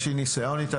יש לי ניסיון איתה.